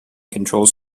controls